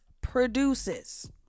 produces